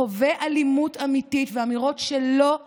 חווה אלימות אמיתית ואמירות שלא ייאמרו,